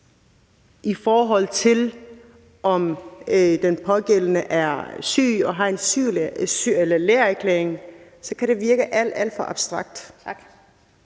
i forhold til om den pågældende er syg og har en lægeerklæring, kan det virke alt, alt for abstrakt.